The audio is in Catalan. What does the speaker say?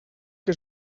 que